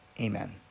Amen